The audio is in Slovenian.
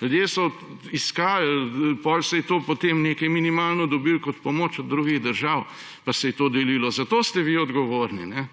Ljudje so iskali, potem se je nekaj minimalno dobilo kot pomoč od drugih držav pa se je to delilo. Za to ste vi odgovorni.